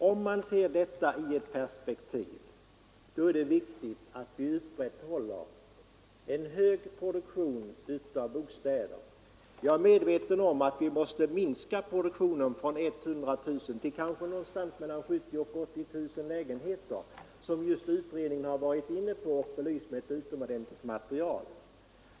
Om man ser saken i detta perspektiv inser man att det är viktigt att vi upprätthåller en hög produktion av bostäder. Jag är medveten om att vi måste minska produktionen från 100 000 till någonting mellan 70 000 och 80 000 lägenheter. Detta har utredningen också berört och belyst med ett utomordentligt material.